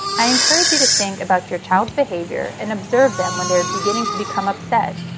i encourage you to think about your child's behavior and observe them when they are beginning to become upset.